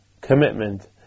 commitment